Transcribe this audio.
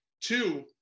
Two